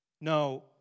No